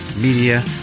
media